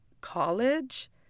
college